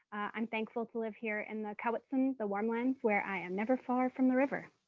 i'm thankful to live here in the quw'utsun', the warmlands, where i am never far from the river.